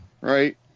right